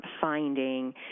finding